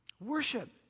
Worship